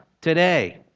today